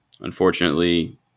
Unfortunately